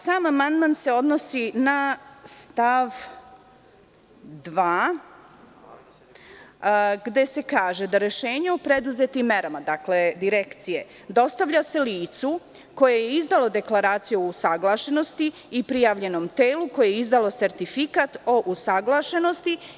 Sam amandman se odnosi na stav 2, gde se kaže da rešenje o preduzetim merama Direkcije dostavlja se licu koje je izdalo Deklaraciju o usaglašenosti i prijavljenom telu koje je izdalo sertifikat o usaglašenosti.